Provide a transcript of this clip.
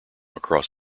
across